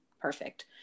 Perfect